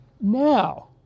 now